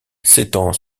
s’étend